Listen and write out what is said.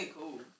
cool